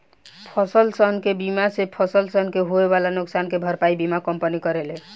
फसलसन के बीमा से फसलन के होए वाला नुकसान के भरपाई बीमा कंपनी करेले